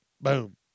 Boom